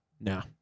No